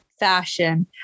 fashion